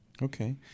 Okay